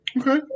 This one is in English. Okay